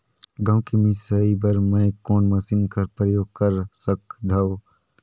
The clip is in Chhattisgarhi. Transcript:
गहूं के मिसाई बर मै कोन मशीन कर प्रयोग कर सकधव?